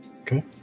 Okay